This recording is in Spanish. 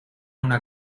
una